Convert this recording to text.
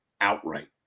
outright